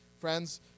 Friends